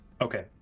Okay